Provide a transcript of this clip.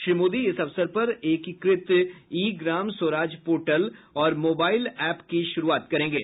श्री मोदी इस अवसर पर एकीकृत ई ग्राम स्वराज पोर्टल और मोबाइल ऐप की भी शुरूआत करेंगे